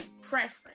preference